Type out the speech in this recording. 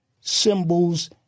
symbols